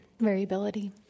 variability